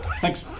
thanks